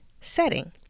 setting